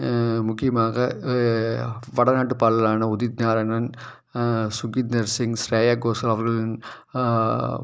முக்கியமாக வட நாட்டுப் பாடலான உதித் நாராயணன் சுகிர்ந்தர்ஷிங் ஸ்ரேயா கோஷல் அவர்களின்